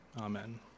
Amen